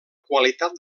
qualitat